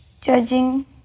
judging